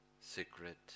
secret